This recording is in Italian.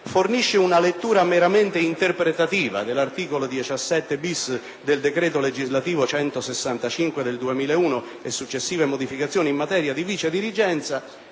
fornisce una lettura meramente interpretativa dell'articolo 17-*bis* del decreto legislativo 30 marzo 2001, n. 165, e successive modificazioni, in materia di vicedirigenza,